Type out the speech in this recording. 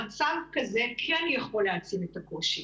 מצב כזה כן יכול להעצים את הקושי,